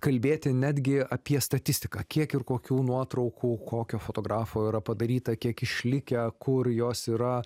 kalbėti netgi apie statistiką kiek ir kokių nuotraukų kokio fotografo yra padaryta kiek išlikę kur jos yra